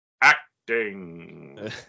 Acting